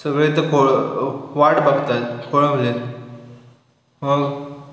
सगळे तर खोळं वाट बघत आहेत खोळंबले आहेत मग